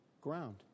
ground